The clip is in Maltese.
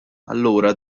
allura